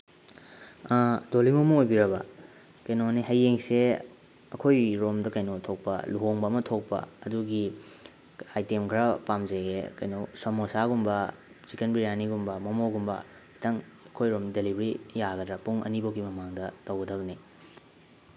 ꯗꯣꯂꯤ ꯃꯣꯃꯣ ꯑꯣꯏꯕꯤꯔꯕ ꯀꯩꯅꯣꯅꯦ ꯍꯌꯦꯡꯁꯦ ꯑꯩꯈꯣꯏꯔꯣꯝꯗ ꯀꯩꯅꯣ ꯊꯣꯛꯄ ꯂꯨꯍꯣꯡꯕ ꯑꯃ ꯊꯣꯛꯄ ꯑꯗꯨꯒꯤ ꯑꯥꯏꯇꯦꯝ ꯈꯔ ꯄꯥꯝꯖꯩꯌꯦ ꯀꯩꯅꯣ ꯁꯃꯣꯁꯥꯒꯨꯝꯕ ꯆꯤꯛꯀꯟ ꯕꯤꯔꯌꯥꯅꯤꯒꯨꯝꯕ ꯃꯣꯃꯣꯒꯨꯝꯕ ꯈꯤꯇꯪ ꯑꯩꯈꯣꯏꯔꯣꯝ ꯗꯦꯂꯤꯚꯔꯤ ꯌꯥꯒꯗ꯭ꯔꯥ ꯄꯨꯡ ꯑꯅꯤꯕꯨꯛꯀꯤ ꯃꯃꯥꯡꯗ ꯇꯧꯒꯗꯕꯅꯦ